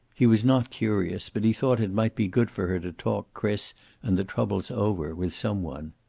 he was not curious, but he thought it might be good for her to talk chris and the trouble over with some one.